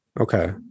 Okay